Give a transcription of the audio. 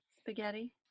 spaghetti